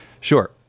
Sure